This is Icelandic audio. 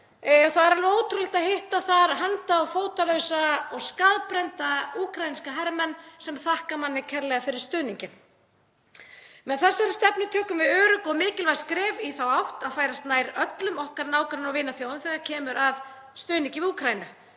Það er alveg ótrúlegt að hitta þar handa- og fótalausa og skaðbrennda úkraínska hermenn sem þakka manni kærlega fyrir stuðninginn. Með þessari stefnu tökum við örugg og mikilvæg skref í þá átt að færast nær öllum okkar nágranna- og vinaþjóðum þegar kemur að stuðningi við Úkraínu.